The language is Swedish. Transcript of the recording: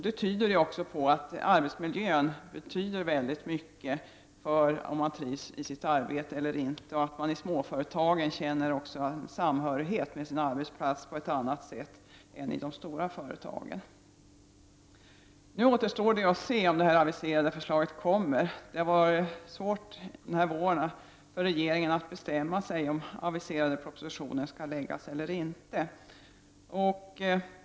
Detta faktum tyder på att arbetsmiljön spelar stor roll för trivseln i arbetet. I småföretagen känner de anställda också samhörighet med sin arbetsplats på ett annat sätt än man gör i de stora företagen. Det återstår att se om det aviserade förslaget framläggs. Det har under denna vår varit svårt för regeringen att bestämma sig för om aviserade propositioner skall framläggas eller inte.